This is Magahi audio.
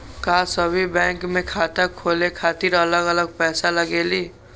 का सभी बैंक में खाता खोले खातीर अलग अलग पैसा लगेलि?